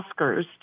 Oscars